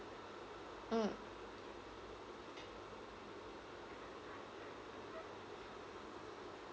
mm